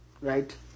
right